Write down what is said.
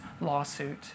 lawsuit